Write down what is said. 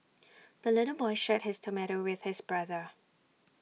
the little boy shared his tomato with his brother